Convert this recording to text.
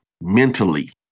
mentally